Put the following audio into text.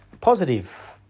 positive